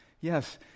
Yes